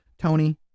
Tony